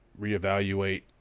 reevaluate